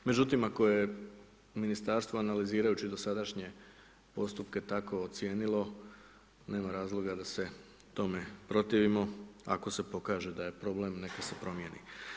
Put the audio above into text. Međutim, ako je ministarstvo analizirajući dosadašnje postupke tako ocijenilo, nema razloga, da se tome protivimo, ako se pokaže da je problem, neka se promjeni.